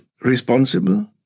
responsible